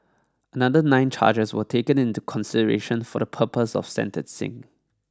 another nine charges were taken into consideration for the purpose of sentencing